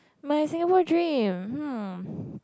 my Singapore dream hmm